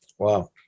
Wow